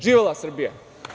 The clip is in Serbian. Živela Srbija.